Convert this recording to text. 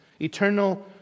Eternal